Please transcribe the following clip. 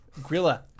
Grilla